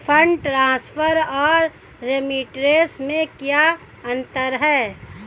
Fund transfer और remittance में क्या अंतर है?